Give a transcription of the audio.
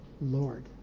Lord